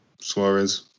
Suarez